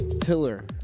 Tiller